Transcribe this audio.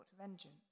vengeance